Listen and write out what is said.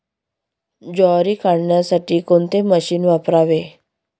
ज्वारी काढण्यासाठी कोणते मशीन वापरावे?